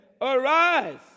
Arise